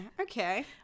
okay